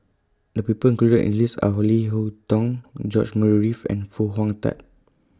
The People included in The list Are Leo Hee Tong George Murray Reith and Foo Hong Tatt